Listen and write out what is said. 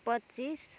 पच्चिस